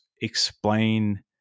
explain